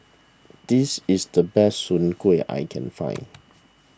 this is the best Soon Kway I can find